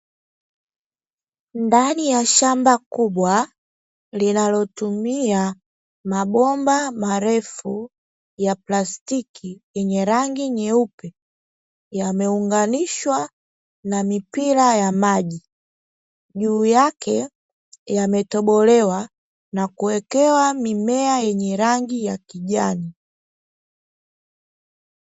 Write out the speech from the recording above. Ndani ya shamba kubwa linalotumia mabomba marefu ya plastiki, yenye rangi nyeupe. Yameunganishwa na mipira ya maji, juu yake yametobolewa na kuwekewa mimea yenye rangi ya kijani.